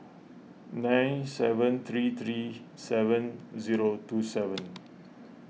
nine seven three three seven zero two seven